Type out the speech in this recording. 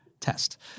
Test